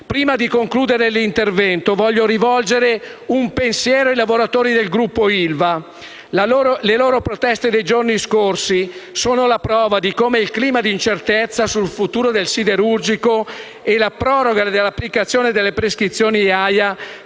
Prima di concludere l'intervento, voglio rivolgere un pensiero ai lavoratori del Gruppo ILVA. Le loro proteste dei giorni scorsi sono la prova di come il clima di incertezza sul futuro del siderurgico e la proroga dell'applicazione delle prescrizioni AIA